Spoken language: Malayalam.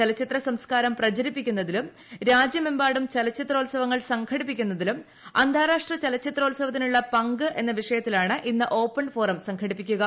ചലച്ചിത്ര സംസ്കാരം പ്രചരിപ്പിക്കുന്നതിലും രാജ്യമെമ്പാടും ചലച്ചിത്രോത്സവങ്ങൾ സംഘടിപ്പിക്കുന്നതിലും അന്താരാഷ്ട്ര ചലച്ചിത്രോത്സവത്തിനുള്ള പങ്ക് എന്ന വിഷയത്തിലാണ് ഇന്ന് ഓപ്പൺ ഫോറം സംഘടിപ്പിക്കുക